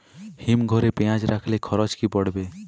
হিম ঘরে পেঁয়াজ রাখলে খরচ কি পড়বে?